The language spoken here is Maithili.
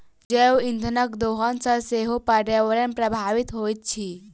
जैव इंधनक दोहन सॅ सेहो पर्यावरण प्रभावित होइत अछि